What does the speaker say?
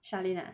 celine ah